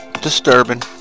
disturbing